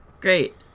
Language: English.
Great